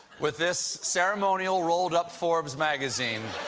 with this ceremonial rolled-up forbes magazine,